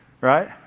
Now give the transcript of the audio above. Right